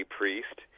priest